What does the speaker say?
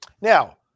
Now